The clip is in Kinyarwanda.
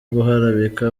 guharabika